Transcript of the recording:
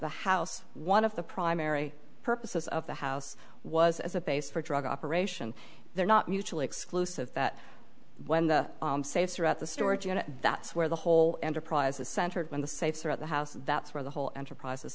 the house one of the primary purposes of the house was as a base for drug operation they're not mutually exclusive that when the safe throughout the storage unit that's where the whole enterprise is centered when the safes are at the house that's where the whole enterprise